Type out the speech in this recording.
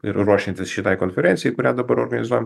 ir ruošiantis šitai konferencijai kurią dabar organizuojam